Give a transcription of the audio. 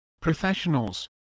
professionals